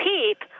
Peep